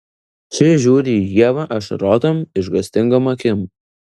ši žiūri į ievą ašarotom išgąstingom akim